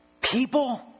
people